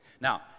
Now